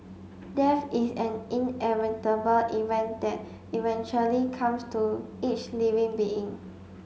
death is an inevitable event that eventually comes to each living being